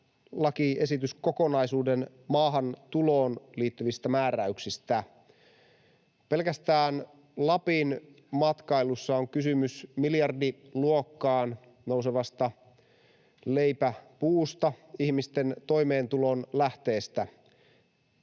lakiesityskokonaisuuden maahantuloon liittyvistä määräyksistä. Pelkästään Lapin matkailussa on kysymys miljardiluokkaan nousevasta leipäpuusta, ihmisten toimeentulon lähteestä.